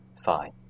Fine